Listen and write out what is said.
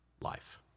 life